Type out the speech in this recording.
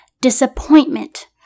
disappointment